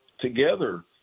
together